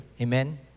amen